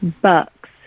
Bucks